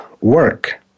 work